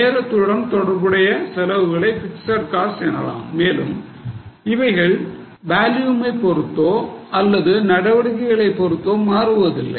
நேரத்துடன் தொடர்புடைய செலவுகளை பிக்ஸட் காஸ்ட் எனலாம் மேலும் இவைகள் வால்யுமை பொறுத்தோ அல்லது நடவடிக்கைகளை பொறுத்தோ மாறுவதில்லை